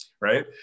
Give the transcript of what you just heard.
right